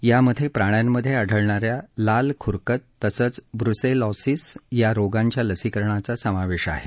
यामधे प्राण्यांमधे आढळणा या लाल खुरकत तसंच ब्रुसेलॉसीस या रोगांच्या लसीकरणाचा समावेश आहे